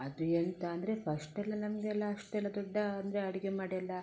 ಅದು ಎಂತ ಅಂದರೆ ಫಸ್ಟೆಲ್ಲ ನಮಗೆಲ್ಲ ಅಷ್ಟೆಲ್ಲ ದೊಡ್ಡ ಅಂದರೆ ಅಡುಗೆ ಮಾಡಿ ಎಲ್ಲ